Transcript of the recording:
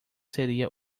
seria